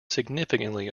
significantly